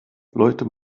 leute